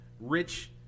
Rich